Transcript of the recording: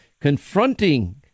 confronting